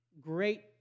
great